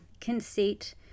conceit